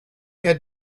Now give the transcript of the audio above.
had